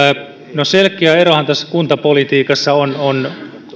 no selkeä erohan tässä kuntapolitiikassa on on